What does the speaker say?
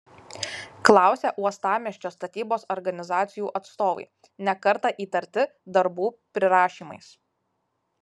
klausė uostamiesčio statybos organizacijų atstovai ne kartą įtarti darbų prirašymais